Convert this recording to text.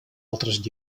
altres